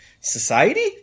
society